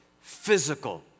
physical